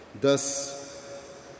Thus